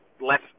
less